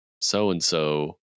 so-and-so